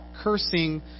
cursing